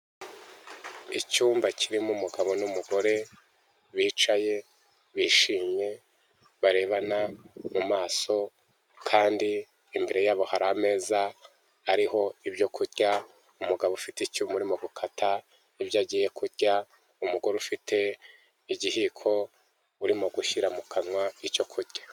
Icyumba kirimo umugabo n'umugore, bicaye bishimye barebana mu maso, kandi imbere yabo hari ameza ariho ibyo kurya, umugabo ufite icyuma urimo gukata ibyo agiye kurya, umugore ufite igihiko, urimo gushyira mu kanwa icyo kurya.